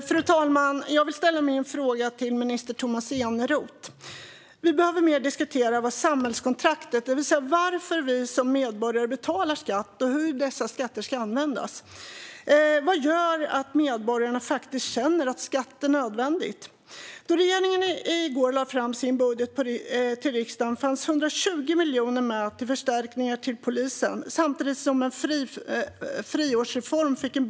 Fru talman! Min fråga går till minister Tomas Eneroth. Vi behöver diskutera samhällskontraktet mer, det vill säga varför vi som medborgare betalar skatt och hur dessa skatter ska användas. Vad gör att medborgarna känner att skatt är nödvändigt? I går lade regeringen fram sin budget i riksdagen. Polisen får 120 miljoner till förstärkningar medan det anslås 200 miljoner till friårsreformen.